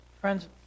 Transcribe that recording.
friends